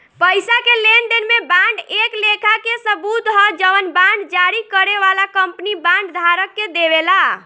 पईसा के लेनदेन में बांड एक लेखा के सबूत ह जवन बांड जारी करे वाला कंपनी बांड धारक के देवेला